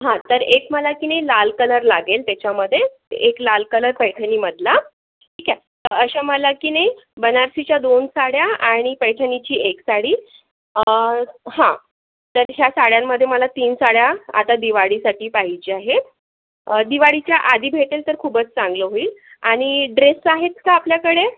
हं तर एक मला की नाही लाल कलर लागेल त्याच्यामधे एक लाल कलर पैठणीमधला ठीक आहे तर अशा मला की नाही बनारसीच्या दोन साड्या आणि पैठणीची एक साडी हं तर ह्या साड्यांमधे मला तीन साड्या आता दिवाळीसाठी पाहिजे आहे दिवाळीच्या आधी भेटेल तर खूपच चांगलं होईल आणि ड्रेस आहेत का आपल्याकडे